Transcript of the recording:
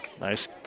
Nice